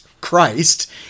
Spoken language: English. Christ